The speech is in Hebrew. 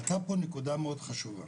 עלתה פה נקודה מאוד חשובה,